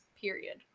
period